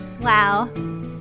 Wow